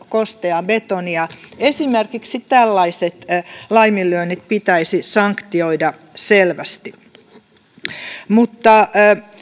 kosteaa betonia esimerkiksi tällaiset laiminlyönnit pitäisi sanktioida selvästi mutta